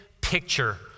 picture